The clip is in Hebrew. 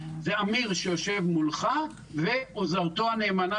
זה אמיר שיושב מולך ועוזרתו הנאמנה